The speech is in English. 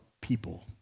people